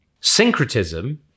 Syncretism